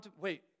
wait